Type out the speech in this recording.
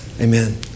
Amen